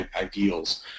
ideals